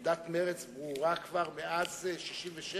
עמדת מרצ ברורה כבר מאז 67'